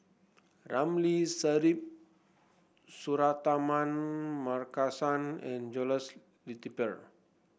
Ramli Sarip Suratman Markasan and Jules Itier